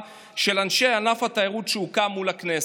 של אנשי ענף התיירות שהוקם מול הכנסת.